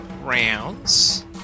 rounds